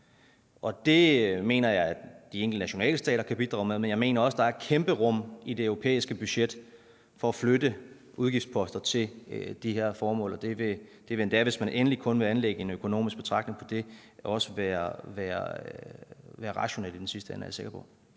Det mener jeg at de enkelte nationalstater kan bidrage med, men jeg mener også, der er et kæmpe rum i det europæiske budget til at flytte udgiftsposter til de her formål. Og det vil endda, hvis man endelig kun vil anlægge en økonomisk betragtning på det, også være rationelt i den sidste ende, er jeg sikker på.